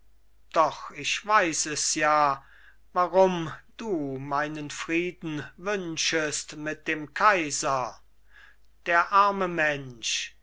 doch ich weiß es ja warum du meinen frieden wünschest mit dem kaiser der arme mensch